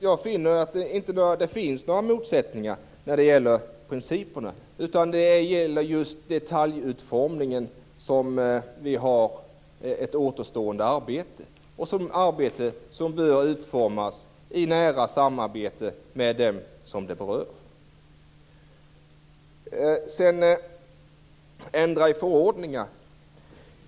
Jag finner därför att det inte finns några motsättningar när det gäller principerna, utan det är just när det gäller detaljutformningen som vi har ett återstående arbete - ett arbete som bör utföras i nära samarbete med dem som det berör. Sedan frågan om att ändra i förordningar.